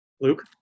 Luke